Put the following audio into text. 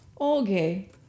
Okay